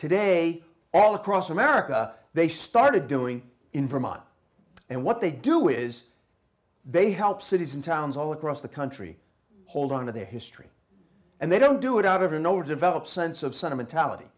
today all across america they started doing in vermont and what they do is they help cities and towns all across the country hold on to their history and they don't do it out of an overdeveloped sense of sentimentality